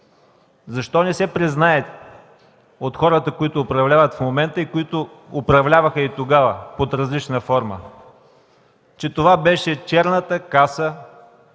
защо не се признае от хората, които управляват в момента и които управляваха и тогава под различна форма, че това беше черната каса